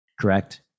correct